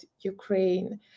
Ukraine